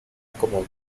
como